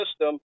system